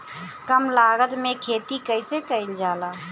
कम लागत में खेती कइसे कइल जाला?